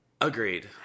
Agreed